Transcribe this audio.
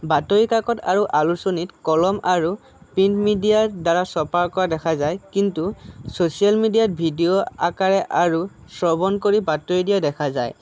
বাতৰি ককত আৰু আলোচনীত কলম আৰু প্ৰিণ্ট মিডিয়াৰ দ্বাৰা চপা কৰা দেখা যায় কিন্তু চচিয়েল মিডিয়াত ভিডিঅ' আকাৰে আৰু শ্ৰৱণ কৰি বাতৰি দিয়া দেখা যায়